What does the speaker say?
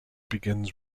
begins